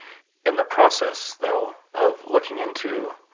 in the process, though, of looking into